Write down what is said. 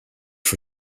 for